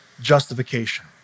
justification